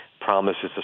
promises